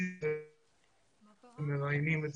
ומראיינים את